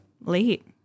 Late